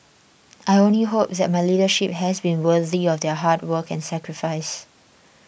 I only hope that my leadership has been worthy of their hard work and sacrifice